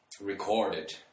recorded